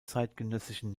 zeitgenössischen